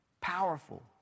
Powerful